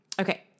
Okay